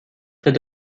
fait